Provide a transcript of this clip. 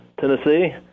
Tennessee